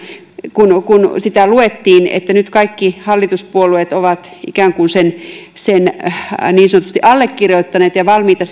kun kun sitä luettiin kun nyt kaikki hallituspuolueet ovat ikään kuin sen sen niin sanotusti allekirjoittaneet ja valmiita